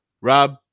Rob